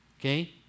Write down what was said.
Okay